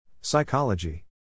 Psychology